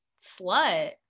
slut